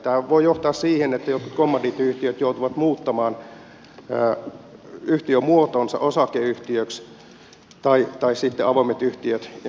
tämä voi johtaa siihen että jotkut kommandiittiyhtiöt joutuvat muuttamaan yhtiömuotonsa osakeyhtiöksi tai sitten avoimet yhtiöt jnp